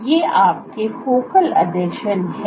तो ये आपके फोकल आसंजन हैं